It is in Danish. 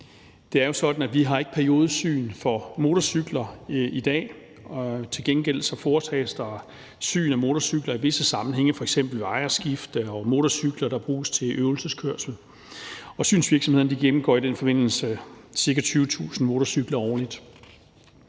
Det er jo sådan, at vi ikke har periodisk syn for motorcykler i dag; til gengæld foretages der syn af motorcykler i visse sammenhænge, f.eks. ved ejerskifte, og af motorcykler, der bruges til øvelseskørsel. Synsvirksomhederne gennemgår i den forbindelse ca. 20.000 motorcykler årligt.